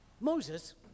Moses